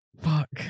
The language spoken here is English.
fuck